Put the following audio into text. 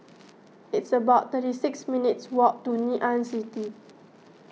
it's about thirty six minutes' walk to Ngee Ann City